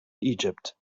egypt